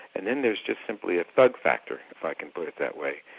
and then there's just simply a thug factor, if i can put it that way,